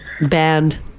Banned